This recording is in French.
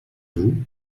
vous